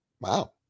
Wow